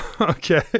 Okay